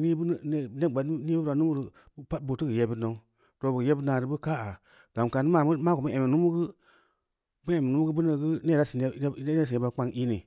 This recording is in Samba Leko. nii bu mmhn neb gbaad, nii bu beura numu reu pad boo teu keu yebbid nou to bu yebbid naa reu boo ka’ya gam kaam mako mu emmi mummu geu mu emmi muma geu ne beuneu geu neere da sin yeba kpang i’ ni?